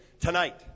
tonight